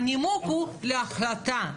הנימוק הוא להחלטה.